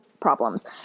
problems